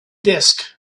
disk